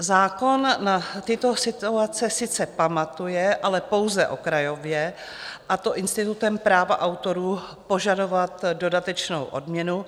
Zákon na tyto situace sice pamatuje, ale pouze okrajově, a to institutem práva autorů požadovat dodatečnou odměnu.